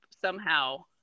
somehow-